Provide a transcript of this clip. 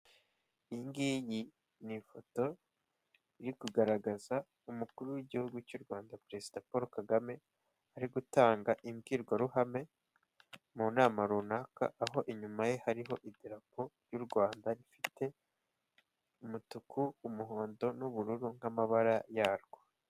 Iyi ngiyi ni ifoto iri kugaragaza umukuru w'igihugu cy'u Rwanda perezida Paul Kagame ari gutanga imbwirwaruhame mu nama runaka, aho inyuma ye hariho idarapo ry'u Rwanda rifite umutuku, umuhondo n'ubururu nk'amabara yarwo.